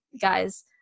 guys